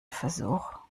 versuch